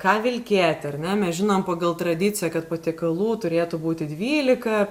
ką vilkėti ar ne mes žinom pagal tradiciją kad patiekalų turėtų būti dvylika